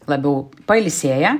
labiau pailsėję